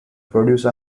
produce